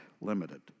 limited